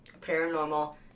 Paranormal